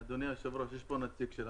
אדוני היושב-ראש, יש פה נציג של המשרד.